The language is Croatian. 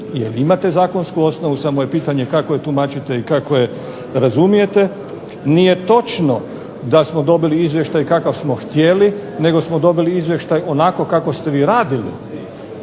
jer imate zakonsku osnovu, samo je pitanje kako je tumačite i kako je razumijete. Nije točno, da smo dobili izvještaj kakav smo htjeli, nego smo dobili Izvještaj onako kako ste vi radili.